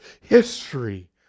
history